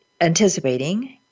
anticipating